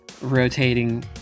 rotating